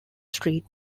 street